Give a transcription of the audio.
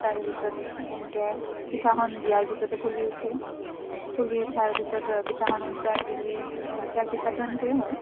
তাৰ পিছত ইনকে পিঠাখন দিয়াৰ পিছতে ফুলি উঠে ফুলি উঠাৰ পিছত পিঠাখন উলটাই দিলি তেল পিঠাটো সেনেকৈ হয়